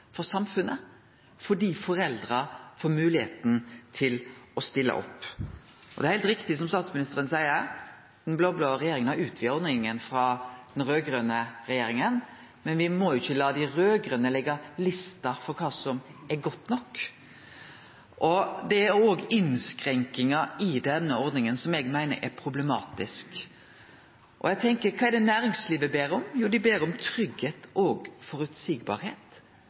for samfunnet fordi foreldra får moglegheit til å stille opp. Og det er heilt riktig som statsministeren seier, at den blå-blå regjeringa har utvida ordninga frå den raud-grøne regjeringa, men vi må ikkje la dei raud-grøne leggje lista for kva som er godt nok. Det er òg innskrenkingar i denne ordninga som eg meiner er problematiske. Eg tenkjer: Kva er det næringslivet ber om? Jo, dei ber om tryggleik og